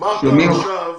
אמרת עכשיו